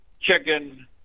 chicken